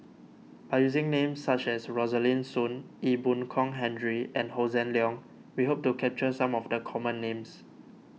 by using names such as Rosaline Soon Ee Boon Kong Henry and Hossan Leong we hope to capture some of the common names